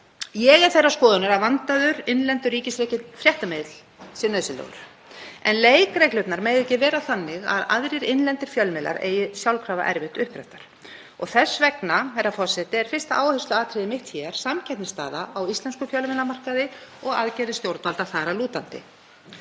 Ég er þeirrar skoðanir að vandaður, innlendur, ríkisrekinn fréttamiðill sé nauðsynlegur en leikreglurnar mega ekki vera þannig að aðrir innlendir fjölmiðlar eigi sjálfkrafa erfitt uppdráttar. Þess vegna, herra forseti, er fyrsta áhersluatriði mitt hér samkeppnisstaða á íslenskum fjölmiðlamarkaði og aðgerðir stjórnvalda þar að lútandi.